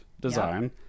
design